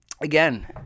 again